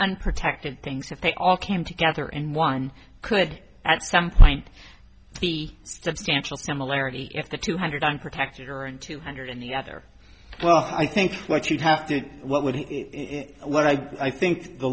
one protected things if they all came together in one could at some point be substantial similarity if the two hundred i'm protected her and two hundred and the other well i think what you'd have to what would it what i think the